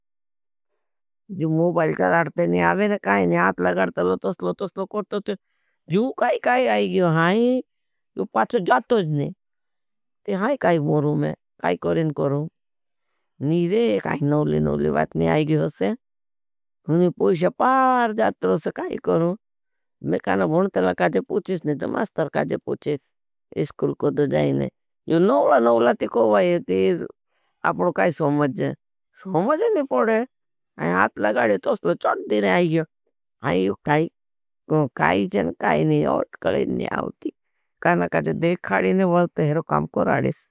जो मोबाल चलारते नहीं आवे ने, काईनी हाथ लगारते लो, तो स्लो तो स्लो करते थो। जो काई-काई आई गियों हैं, यो पाँछो जातोज नहीं। तेहाँ काई मोरूं मैं, काई करें करूं। निरे काई नौली-नौली बात नहीं आई गियों होसे, हुणी पोईश पार जात रोसे, काई करूं। मैं काईना भूनतला काई जे पूचेश नहीं, तो मास्तर काई जे पूचेश, इसकुल कोड़ो जाई नहीं। यो नौला-नौला ती कोई येती, आपनो काई सोमझ नहीं। सोमझ नहीं पोड़े, आपने आटला गाड़े तो असलो चोट दिने आई गियों। काई चल काई नहीं होत, कलेन नहीं आवती। क्याना काई जे देखाड़ी नहीं बलते हैं, यो काम को राड़ेश।